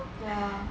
ya